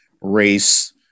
race